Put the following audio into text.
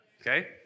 Okay